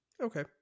okay